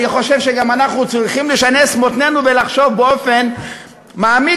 אני חושב שגם אנחנו צריכים לשנס מותנינו ולחשוב באופן מעמיק